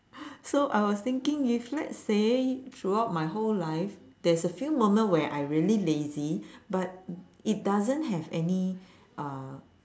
so I was thinking if let's say throughout my whole life there is a few moments where I really lazy but it doesn't have any uh